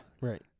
Right